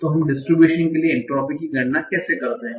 तो हम डिस्ट्रिब्यूशन के लिए एन्ट्रापी की गणना कैसे करते हैं